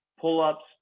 pull-ups